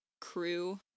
crew